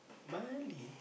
Bali